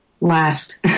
last